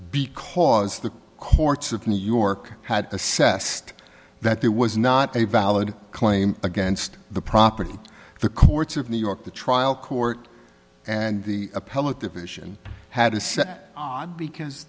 because the courts of new york had assessed that there was not a valid claim against the property the courts of new york the trial court and the appellate division had to set because